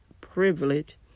privilege